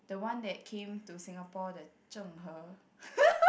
the one that came to Singapore the Zheng-He